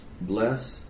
bless